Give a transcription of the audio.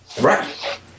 Right